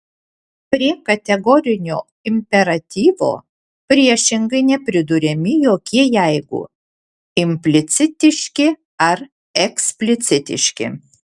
prie kategorinio imperatyvo priešingai nepriduriami jokie jeigu implicitiški ar eksplicitiški